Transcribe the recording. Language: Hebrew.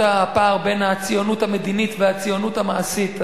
אותו הפער בין הציונית המדינית והציונית המעשית,